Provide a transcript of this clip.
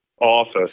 office